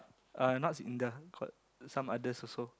uh not Sinda got some others also